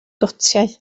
gotiau